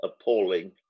appalling